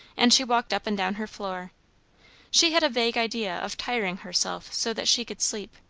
and she walked up and down her floor she had a vague idea of tiring herself so that she could sleep.